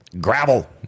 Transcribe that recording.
gravel